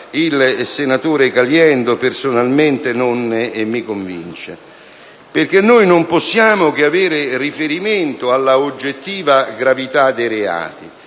dal senatore Caliendo personalmente non mi convince. Non possiamo infatti che avere riferimento alla oggettiva gravità dei reati,